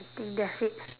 I think that's it